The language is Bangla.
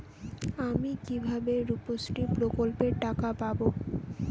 আমি কিভাবে রুপশ্রী প্রকল্পের টাকা পাবো?